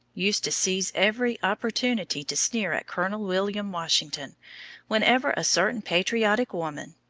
used to seize every opportunity to sneer at colonel william washington whenever a certain patriotic woman,